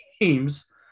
games